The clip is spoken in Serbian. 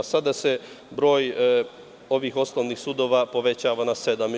Sada se broj ovih osnovnih sudova povećava na sedam.